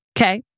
Okay